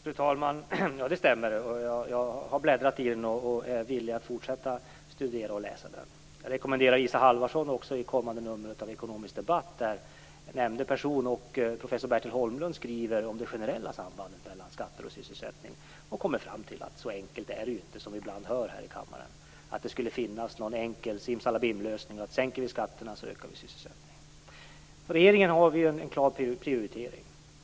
Fru talman! Det stämmer. Jag har bläddrat i den, och jag är villig att fortsätta att studera och läsa den. Jag rekommenderar också Isa Halvarsson kommande nummer av Ekonomiska debatt, där nämnda person och professor Bertil Holmlund skriver om det generella sambandet mellan skatter och sysselsättning. De kommer fram till att det inte är så enkelt som vi ibland hör här i kammaren; att det skulle finnas någon enkel simsalabim-lösning som går ut på att sänker vi skatterna ökar vi sysselsättningen. Från regeringens sida har vi en klar prioritering.